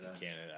Canada